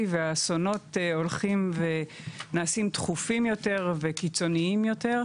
והאסונות הולכים ונעשים דחופים יותר וקיצוניים יותר,